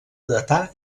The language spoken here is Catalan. datar